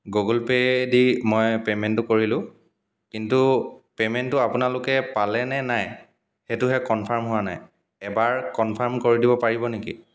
Google pay দি মই পে'মেণ্টটো কৰিলোঁ কিন্তু পে'মেণ্টটো আপোনালোকে পালে নে নাই সেইটোহে কনফাৰ্ম হোৱা নাই এবাৰ কনফাৰ্ম কৰি দিব পাৰিব নেকি